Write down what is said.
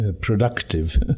productive